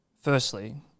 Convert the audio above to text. Firstly